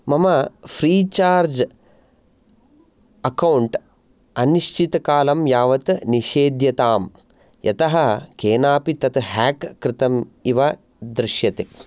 मम Freecharge account अनिश्चितकालं यावत् निषेध्यताम् यतः केनापि तत् हेक् कृतम् इव दृश्यते